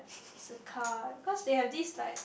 is a car because they have this like